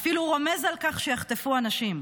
ואפילו רומז על כך שיחטפו אנשים.